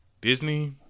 Disney